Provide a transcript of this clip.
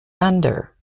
thunder